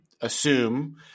assume